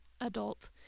adult